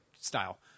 style